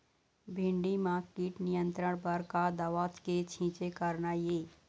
भिंडी म कीट नियंत्रण बर का दवा के छींचे करना ये?